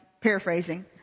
paraphrasing